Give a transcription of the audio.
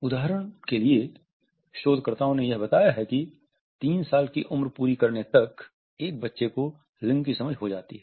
उदाहरण के लिए शोधकर्ताओं ने यह बताया हैं कि 3 साल की उम्र पूरी करने तक एक बच्चे को लिंग की समझ हो जाती है